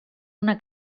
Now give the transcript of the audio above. una